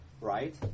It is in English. right